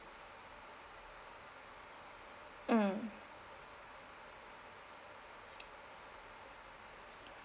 mm